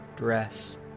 dress